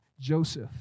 Joseph